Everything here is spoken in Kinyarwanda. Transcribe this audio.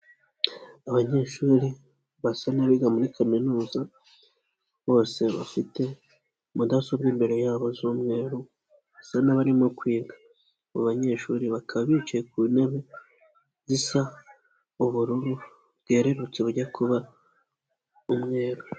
Abanyeshuri basa n'abiga muri kaminuza, bose bafite mudasobwa imbere yabo z'umweru, basa n'abarimo kwiga. Aba banyeshuri bakaba bicaye ku ntebe zisa ubururu bweherutse bajya kuba umweru.